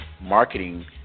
marketing